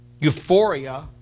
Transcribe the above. euphoria